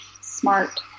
smart